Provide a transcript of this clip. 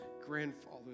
grandfather